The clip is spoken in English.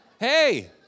Hey